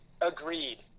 Agreed